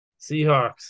Seahawks